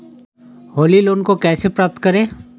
Holi loan को कैसे प्राप्त करें?